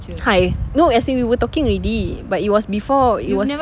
hi no as in we were talking already but it was before it was